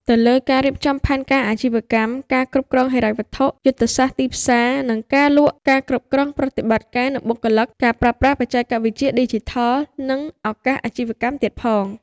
ទៅលើ ការរៀបចំផែនការអាជីវកម្ម ការគ្រប់គ្រងហិរញ្ញវត្ថុ យុទ្ធសាស្ត្រទីផ្សារ និងការលក់ ការគ្រប់គ្រងប្រតិបត្តិការ និងបុគ្គលិក ការប្រើប្រាស់បច្ចេកវិទ្យាឌីជីថល និងឱកាសអាជីវកម្មទៀតផង។